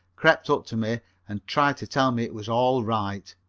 crept up to me and tried to tell me it was all right,